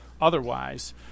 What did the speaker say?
otherwise